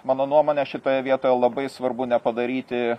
mano nuomone šitoje vietoje labai svarbu nepadaryti